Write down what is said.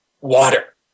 water